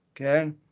okay